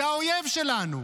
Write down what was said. זה האויב שלנו.